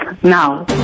now